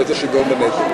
אותו בסדר-היום.